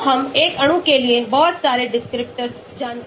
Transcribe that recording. तो हम एक अणु के लिए बहुत सारे descriptors जानते हैं